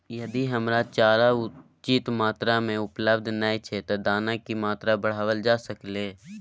यदि हरा चारा उचित मात्रा में उपलब्ध नय छै ते दाना की मात्रा बढायल जा सकलिए?